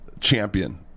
champion